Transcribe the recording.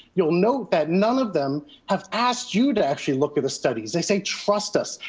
you'll note that none of them have asked you to actually look at the studies. they say, trust us,